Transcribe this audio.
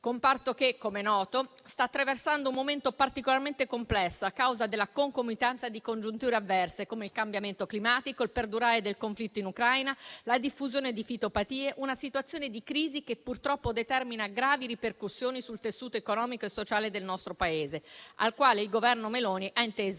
comparto che - come è noto - sta attraversando un momento particolarmente complesso a causa della concomitanza di congiunture avverse, come il cambiamento climatico, il perdurare del conflitto in Ucraina, la diffusione di fitopatie. È una situazione di crisi che purtroppo determina gravi ripercussioni sul tessuto economico e sociale del nostro Paese, al quale il Governo Meloni ha inteso